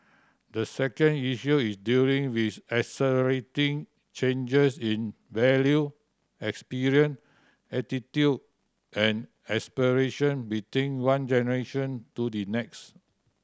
the second issue is dealing with accelerating changes in value experience attitude and aspiration between one generation to the next